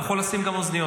אתה יכול לשים גם אוזניות,